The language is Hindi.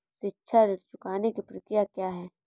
शिक्षा ऋण चुकाने की प्रक्रिया क्या है?